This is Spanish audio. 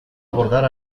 abordar